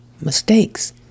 mistakes